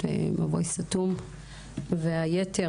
את מבוי סתום והיתר.